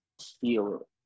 feel